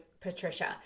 Patricia